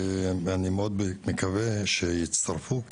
אני מאוד מקווה שיצטרפו,